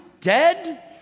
dead